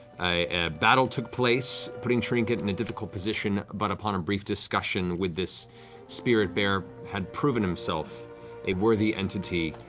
a battle took place, putting trinket in a difficult position, but upon a brief discussion with this spirit bear, had proven himself a worthy entity,